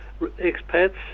expats